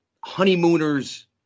honeymooners